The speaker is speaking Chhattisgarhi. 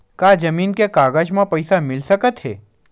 का जमीन के कागज म पईसा मिल सकत हे?